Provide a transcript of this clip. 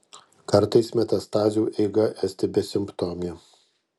kartais metastazių eiga esti besimptomė